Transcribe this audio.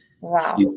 wow